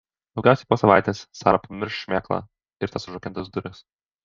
daugiausiai po savaitės sara pamirš šmėklą ir tas užrakintas duris